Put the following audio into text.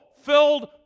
filled